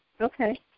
Okay